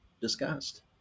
discussed